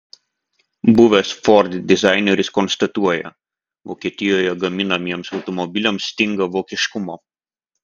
buvęs ford dizaineris konstatuoja vokietijoje gaminamiems automobiliams stinga vokiškumo